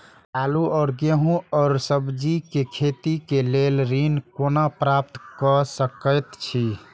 आलू और गेहूं और सब्जी के खेती के लेल ऋण कोना प्राप्त कय सकेत छी?